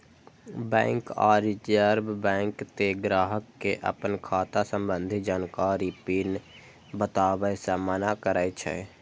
bank आ reserve bank तें ग्राहक कें अपन खाता संबंधी जानकारी, पिन बताबै सं मना करै छै